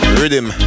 rhythm